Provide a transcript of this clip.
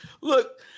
Look